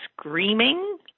screaming